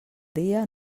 dia